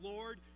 Lord